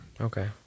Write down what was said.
okay